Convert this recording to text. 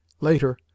Later